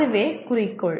அதுவே குறிக்கோள்